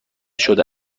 شده